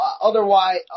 otherwise